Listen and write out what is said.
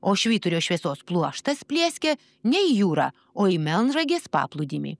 o švyturio šviesos pluoštas plieskia ne į jūrą o į melnragės paplūdimį